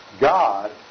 God